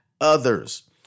others